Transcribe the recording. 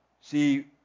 See